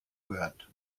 gehört